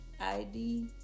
id